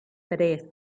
tres